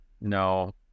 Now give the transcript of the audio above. No